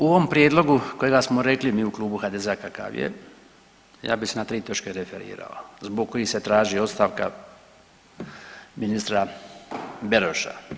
U ovom prijedlogu kojega smo rekli mi u klubu HDZ-a kakav je ja bi se na tri točke referirao zbog kojih se traži ostavka ministra Beroša.